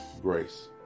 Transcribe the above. grace